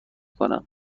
کنم